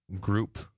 group